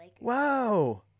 Wow